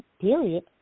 period